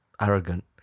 arrogant